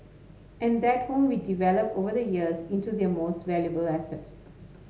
and that home we developed over the years into their most valuable asset